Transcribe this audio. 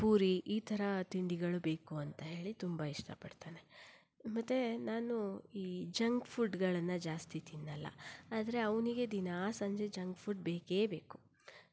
ಪೂರಿ ಈ ಥರ ತಿಂಡಿಗಳು ಬೇಕು ಅಂತ ಹೇಳಿ ತುಂಬ ಇಷ್ಟಪಡ್ತಾನೆ ಮತ್ತು ನಾನು ಈ ಜಂಕ್ ಫುಡ್ಗಳನ್ನು ಜಾಸ್ತಿ ತಿನ್ನಲ್ಲ ಆದರೆ ಅವನಿಗೆ ದಿನಾ ಸಂಜೆ ಜಂಕ್ ಫುಡ್ ಬೇಕೇ ಬೇಕು